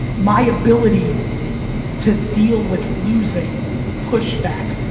my ability to deal with losing pushback.